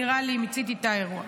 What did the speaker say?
נראה לי שמציתי את האירוע.